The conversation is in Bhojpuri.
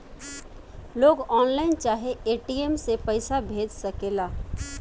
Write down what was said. लोग ऑनलाइन चाहे ए.टी.एम से पईसा भेज सकेला